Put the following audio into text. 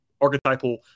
archetypal